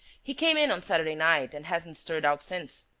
he came in on saturday night and hasn't stirred out since.